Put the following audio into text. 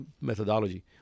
methodology